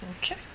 Okay